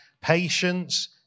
patience